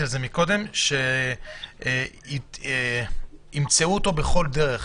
על זה קודם שימצאו אותו בכל דרך,